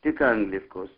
tik angliškos